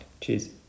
cheers